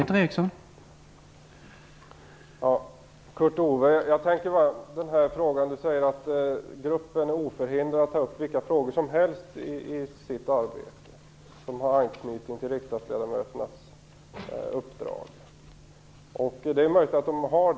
Herr talman! Kurt Ove Johansson säger att gruppen är oförhindrad att ta upp vilka frågor som helst som har anknytning till riksdagsledamöternas uppdrag. Det är möjligt att det stämmer.